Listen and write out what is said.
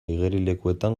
igerilekuetan